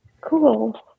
Cool